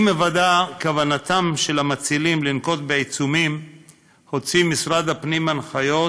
עם היוודע כוונתם של המצילים לנקוט עיצומים הוציא משרד הפנים הנחיות,